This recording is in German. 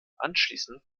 anschließend